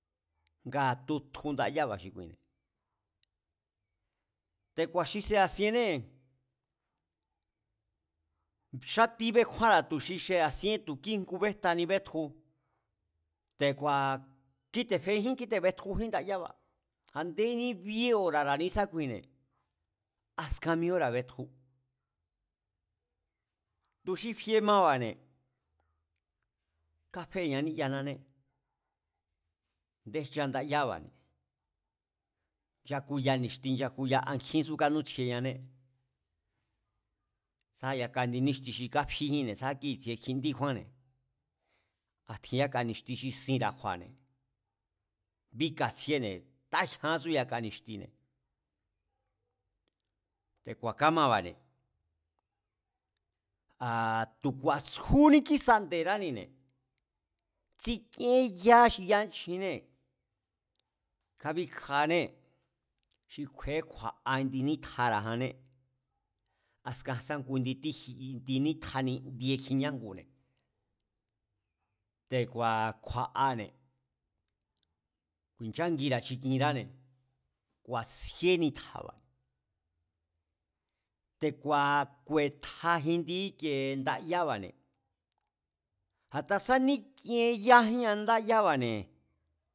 Ngaa̱ tutju ndayába̱ xi kuine̱, te̱ku̱a̱ sea̱ sienée̱ xátí békjúanra̱ tu̱ xi sea̱ síén tu̱ kíngubéjtani betju, te̱ku̱a̱ kíte̱ fejín kíte̱ betjujín ndayába̱, a̱ndení bíé ora̱ra̱ nísákuine̱, askan mi óra̱ betju, tu̱ xi fie maba̱ne̱ káfee̱ña níyanané a̱nde ncha ndayába̱ne̱, nchakuya ni̱xti nchakuya a kjínsú kanútsjieñané, sá yaka indi níxti xi kafíjínne̱, sa kíi̱tsie kjindín kjúánne̱, a̱ tjin yaka ni̱xti xi sinra̱ kju̱a̱ne̱, bíkatsjíéne̱, takjian tsú yaka ni̱xtine̱, te̱ku̱a̱ kamaba̱ne̱. A̱ tu̱ ku̱a̱tsúní kísa nde̱ránine̱, tsikíén ya xi yánchjinnée̱, kábíkjanée̱, xi kju̱e̱é kju̱a̱a indi nítjara̱janné askan sá ngu indi nitja nindi kjiña ngune̱, te̱ku̱a̱ kju̱a̱ane̱, ku̱i̱nchángira̱ chikinráne̱, ku̱a̱tsjíé nitjaba̱. Te̱ku̱a̱ ku̱e̱tja kjindi íkie ndáyába̱ne̱, a̱ta sá níkienyajían ndáyába̱ne̱